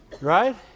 right